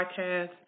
Podcast